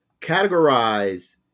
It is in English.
categorize